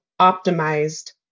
optimized